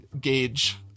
gauge